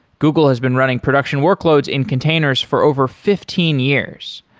google has been running production workloads in containers for over fifteen years.